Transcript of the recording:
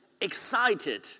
excited